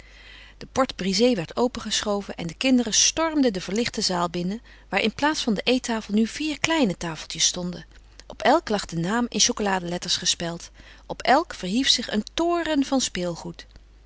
de porte-brisée werd opengeschoven en de kinderen stormden de verlichte zaal binnen waar in plaats van de eettafel nu vier kleine tafeltjes stonden op elk lag de naam in chocoladeletters gespeld op elk verhief zich een toren van speelgoed